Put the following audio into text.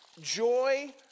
Joy